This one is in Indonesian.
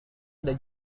ada